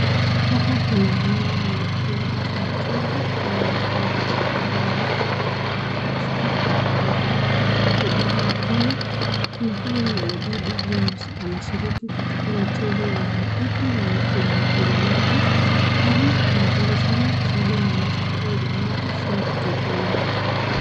Hapa ni maeneo ya kiwanja cha michezo, ninaona kuna mwanadada mmoja ambaye amevaa sare ambayo iko na bendera ya Kenya. Inakaa mwanadada huyu anashiriki katika michezo ya olimpiki ya watu wenye ulemavu na hii ni mzuri sana kwa sababu inamaanisha kuwa ulemavu sio kutojiweza.